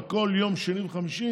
וכל שני וחמישי